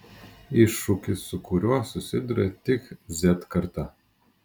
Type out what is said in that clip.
iššūkis su kuriuo susiduria tik z karta